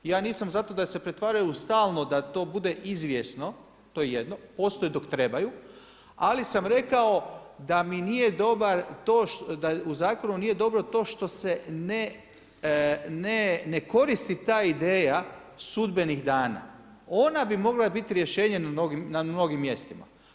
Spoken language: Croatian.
I ja nisam za to da se pretvaraju u stalno, da to bude izvjesno, to je jedno, postoje dok trebaju ali sam rekao da mi nije dobar to, u zakonu nije dobro to što se ne koristi ta ideja sudbenih dana, ona bi mogla biti rješenje na mnogim mjestima.